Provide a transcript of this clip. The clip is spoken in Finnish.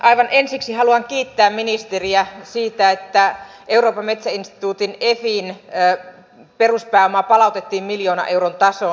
aivan ensiksi haluan kiittää ministeriä siitä että euroopan metsäinstituutin efin peruspääoma palautettiin miljoonan euron tasoon